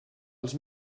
els